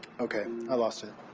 iokay, i lost it.